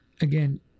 again